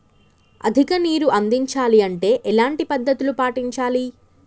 అధిక నీరు అందించాలి అంటే ఎలాంటి పద్ధతులు పాటించాలి?